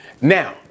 Now